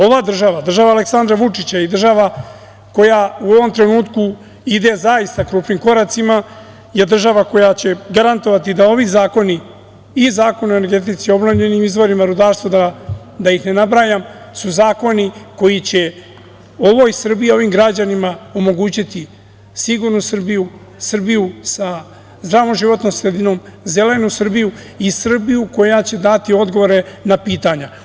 Ova država, država Aleksandra Vučića i država koja u ovom trenutku ide zaista krupnim koracima je država koja će garantovati da ovi zakoni, Zakon o energetici i obnovljenim izvorima rudarstva, da ih ne nabrajam, su zakoni koji će ovoj Srbiji, ovim građanima omogućiti sigurnu Srbiju, Srbiju sa zdravom životnom sredinom, zelenu Srbiju koja će dati odgovore na pitanja.